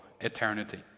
eternity